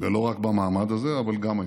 ולא רק במעמד הזה, אבל גם היום.